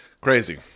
crazy